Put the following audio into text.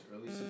early